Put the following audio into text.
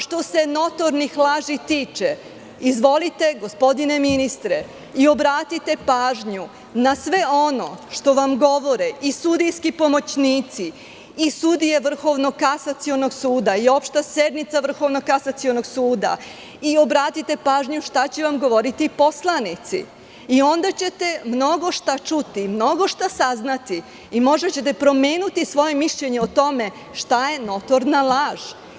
Što se notornih laži tiče, izvolite, gospodine ministre, obratite pažnju na sve ono što vam govore sudijski pomoćnici i sudije Vrhovnog kasacionog suda i opšta sednica Vrhovnog kasacionog suda, obratite pažnju šta će vam govoriti poslanici i onda ćete mnogo šta čuti, mnogo šta saznati i možda ćete promeniti svoje mišljenje o tome šta je notorna laž.